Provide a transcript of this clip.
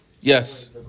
Yes